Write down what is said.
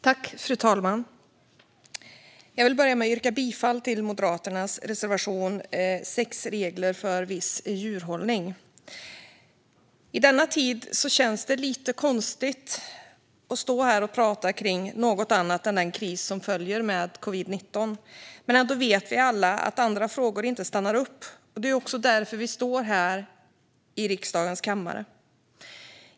Fru talman! Jag vill börja med att yrka bifall till Moderaternas reservation 6 om regler för viss djurhållning. I denna tid känns det lite konstigt att stå här och tala om något annat än den kris som följer med covid-19. Men vi vet alla att andra frågor inte stannar upp, och det är också därför vi står här i riksdagens kammare.